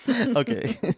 Okay